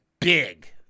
Big